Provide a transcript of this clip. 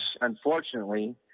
unfortunately